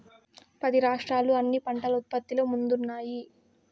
పది రాష్ట్రాలు అన్ని పంటల ఉత్పత్తిలో ముందున్నాయి